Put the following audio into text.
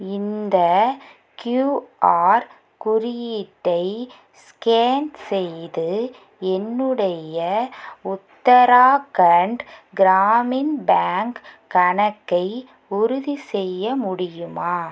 இந்த கியூஆர் குறியீட்டை ஸ்கேன் செய்து என்னுடைய உத்தராகண்ட் கிராமின் பேங்க் கணக்கை உறுதி செய்ய முடியுமா